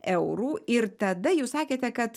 eurų ir tada jūs sakėte kad